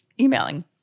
emailing